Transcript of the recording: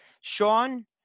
Sean